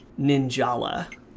Ninjala